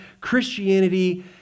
Christianity